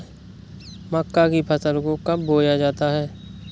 मक्का की फसल को कब बोया जाता है?